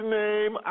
name